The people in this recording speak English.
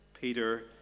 Peter